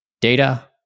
data